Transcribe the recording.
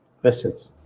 questions